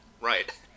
Right